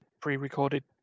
pre-recorded